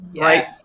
right